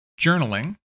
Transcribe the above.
Journaling